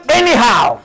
anyhow